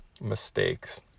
mistakes